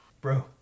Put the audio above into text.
Bro